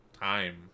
time